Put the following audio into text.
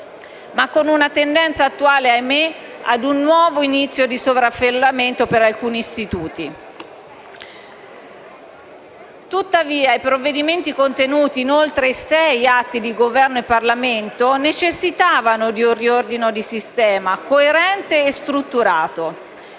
ma con una tendenza attuale, ahimè, ad un nuovo inizio di sovraffollamento per alcuni istituti. Tuttavia, i provvedimenti contenuti in oltre sei atti di Governo e Parlamento necessitavano di un riordino di sistema, coerente e strutturato.